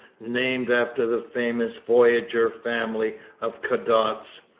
named after the famous voyageur family of cadottes,